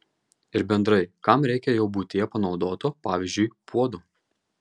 ir bendrai kam reikia jau buityje panaudoto pavyzdžiui puodo